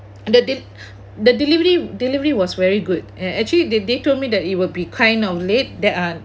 the de~ the delivery delivery was very good and actually they they told me that it would be kind of late that are